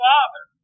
Father